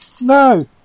No